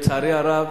לצערי הרב,